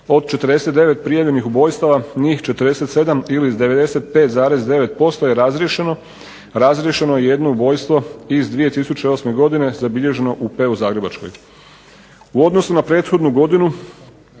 Od 49 prijavljenih ubojstava njih 47 ili 95,9% je razriješeno. Razriješeno je i jedno ubojstvo iz 2008. godine zabilježeno u PU Zagrebačkoj.